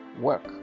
work